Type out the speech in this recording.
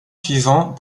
suivant